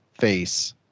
face